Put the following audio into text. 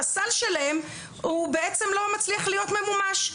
הסל שלהם לא מצליח להיות ממומש,